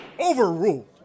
Overruled